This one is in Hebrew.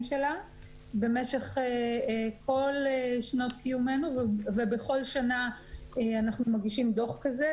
שלה במשך כל שנות קיומנו ובכל שנה אנחנו מגישים דו"ח כזה,